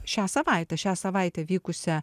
šią savaitę šią savaitę vykusią